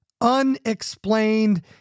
unexplained